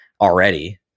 already